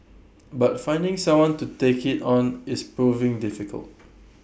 but finding someone to take IT on is proving difficult